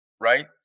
right